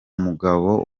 mugabo